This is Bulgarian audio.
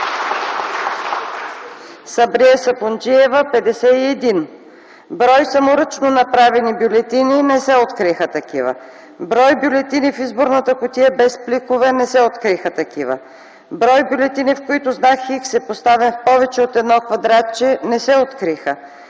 Сабрие Сапунджиева – 51. Брой саморъчно направени бюлетини – не се откриха такива. Брой бюлетини в изборната кутия без пликове – не се откриха такива. Брой бюлетини, в които знак „Х” е поставен в повече от едно квадратче – не се откриха.